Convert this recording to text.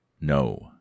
No